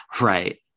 right